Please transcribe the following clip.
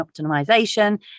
optimization